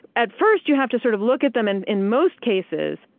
at first, you have to sort of look at them. and in most cases,